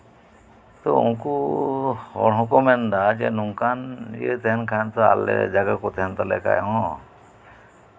ᱛᱳ ᱩᱱᱠᱩ ᱦᱚᱲ ᱦᱚᱸᱠᱚ ᱢᱮᱱ ᱮᱫᱟ ᱱᱚᱝᱠᱟᱱ ᱤᱭᱟᱹ ᱛᱟᱦᱮᱱ ᱠᱷᱟᱱ ᱛᱚ ᱡᱟᱭᱜᱟ ᱠᱚ ᱛᱟᱦᱮᱱ ᱛᱟᱞᱮ ᱠᱷᱟᱱ ᱦᱚᱸ